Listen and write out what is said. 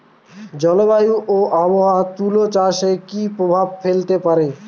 জলবায়ু ও আবহাওয়া তুলা চাষে কি প্রভাব ফেলতে পারে?